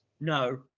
No